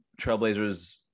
trailblazers